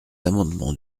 amendements